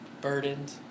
burdened